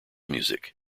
music